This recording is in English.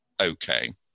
okay